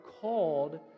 called